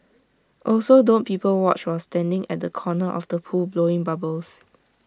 also don't people watch while standing at the corner of the pool blowing bubbles